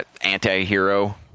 anti-hero